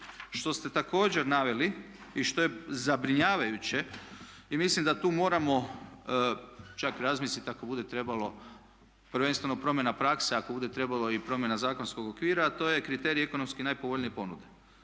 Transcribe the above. što ste također naveli i što je zabrinjavajuće i mislim da tu moramo čak razmislit ako bude trebalo prvenstveno promjena prakse, ako bude trebalo i promjena zakonskog okvira a to je kriterij ekonomski najpovoljnije ponude.